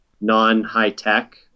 non-high-tech